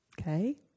Okay